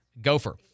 Gopher